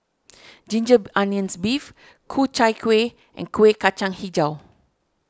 Ginger Onions Beef Ku Chai Kuih and Kueh Kacang HiJau